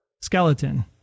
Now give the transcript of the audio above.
skeleton